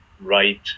right